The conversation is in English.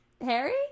Harry